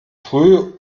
früh